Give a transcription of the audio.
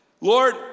Lord